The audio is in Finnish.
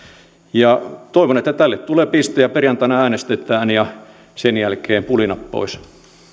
toivon että tälle tulee piste perjantaina äänestetään ja sen jälkeen pulinat pois